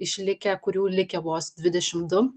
išlikę kurių likę vos dvidešim du